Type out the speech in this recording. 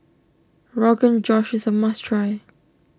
Rogan Josh is a must try